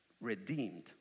redeemed